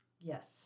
Yes